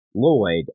Lloyd